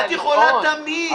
אמרתי שאת יכולה לנסות,